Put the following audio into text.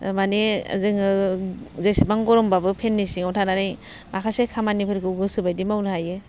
माने जोङो जेसेबां गरमबाबो फेननि सिङाव थानानै माखासे खामानिफोरखौ गोसो बायदि मावनो हायो